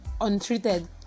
untreated